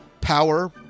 power